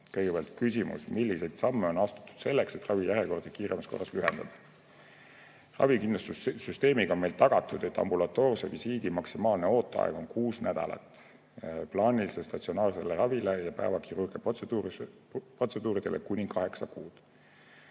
Kõigepealt küsimus: "Milliseid samme on Vabariigi Valitsus astunud selleks, et ravijärjekordi kiiremas korras lühendada?" Ravikindlustussüsteemiga on meil tagatud, et ambulatoorse visiidi maksimaalne ooteaeg on kuus nädalat, plaanilise statsionaarse ravi ja päevakirurgia protseduuride puhul kuni kaheksa kuud.